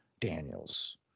Daniels